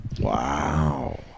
Wow